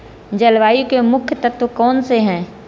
जलवायु के मुख्य तत्व कौनसे हैं?